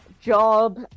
job